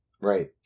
Right